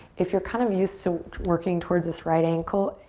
if you're kind of used to working towards this right ankle,